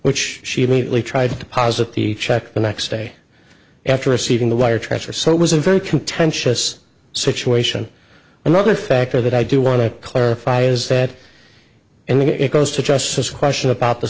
which she immediately tried to posit the check the next day after receiving the wire transfer so it was a very contentious situation another factor that i do want to clarify is that and it goes to just this question about the